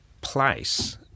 place